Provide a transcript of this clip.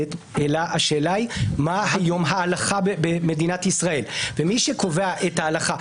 הכנסת אלא השאלה היא מה היום ההלכה במדינת ישראל ומי קובע את ההלכה.